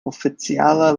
oficiala